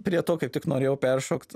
prie tokio tik norėjau peršokt